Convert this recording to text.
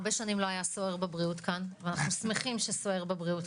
הרבה שנים לא היה סוער בבריאות כאן ואנחנו שמחים שסוער בבריאות.